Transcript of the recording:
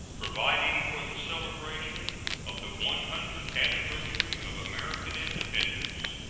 providing for the celebration of the one hundredth anniversary of american independence,